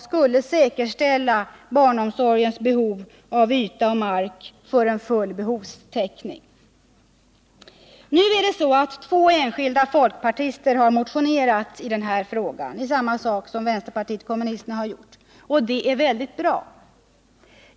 skulle säkerställa barnomsorgens behov av yta och mark för en full behovstäckning. Två enskilda folkpartister har motionerat i samma sak som vänsterpartiet kommunisterna gjort. Det är väldigt bra.